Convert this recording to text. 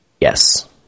Yes